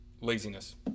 Laziness